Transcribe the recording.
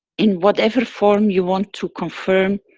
in whatever form you want to confirm,